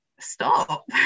stop